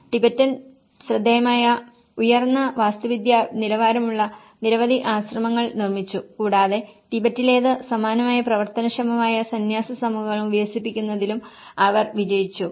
Tibetan ശ്രദ്ധേയമായ ഉയർന്ന വാസ്തുവിദ്യാ നിലവാരമുള്ള നിരവധി ആശ്രമങ്ങൾ നിർമ്മിച്ചു കൂടാതെ ടിബറ്റിലേതിന് സമാനമായ പ്രവർത്തനക്ഷമമായ സന്യാസ സമൂഹങ്ങൾ വികസിപ്പിക്കുന്നതിലും അവർ വിജയിച്ചു